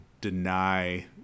deny